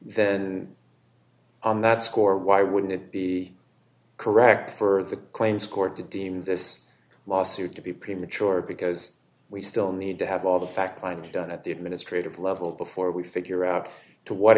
then on that score why wouldn't it be correct for the claims court to deem this lawsuit to be premature because we still need to have all the facts lined done at the administrative level before we figure out to what